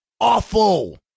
awful